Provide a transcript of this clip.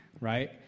right